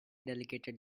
delegated